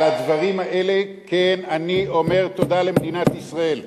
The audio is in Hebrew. על הדברים האלה, כן, אני אומר תודה למדינת ישראל.